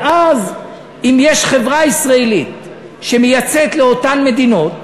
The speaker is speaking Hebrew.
ואז אם יש חברה ישראלית שמייצאת לאותן מדינות,